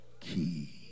key